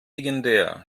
legendär